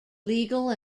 legal